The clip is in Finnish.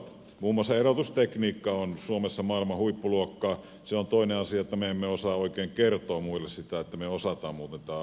muun muassa erotustekniikka on suomessa maailman huippuluokkaa se on toinen asia että me emme oikein osaa kertoa muille sitä että me osaamme muuten tämän asian